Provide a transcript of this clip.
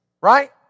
Right